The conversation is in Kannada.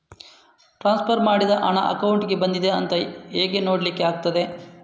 ಟ್ರಾನ್ಸ್ಫರ್ ಮಾಡಿದ ಹಣ ಅಕೌಂಟಿಗೆ ಬಂದಿದೆ ಅಂತ ಹೇಗೆ ನೋಡ್ಲಿಕ್ಕೆ ಆಗ್ತದೆ?